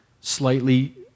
slightly